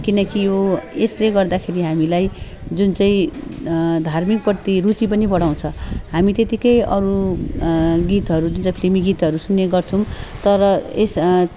किनकि यो यसले गर्दाखेरि हामीलाई जुन चाहिँ धार्मिकप्रति रुचि पनि बढाउँछ हामी त्यतिकै अरू गीतहरू जुन चाहिँ फिल्मी गीतहरू सुन्ने गर्छौँ तर यस